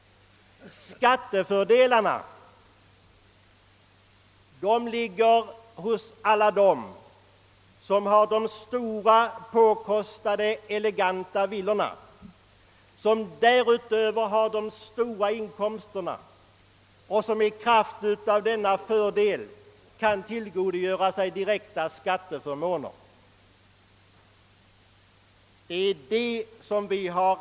Skattefördelarna ligger vanligtvis hos de grupper som har stora, påkostade, eleganta villor och därtill de stora inkomsterna. I kraft härav kan de tillgodogöra sig direkta skatteförmåner genom de generösa avdragen av räntor.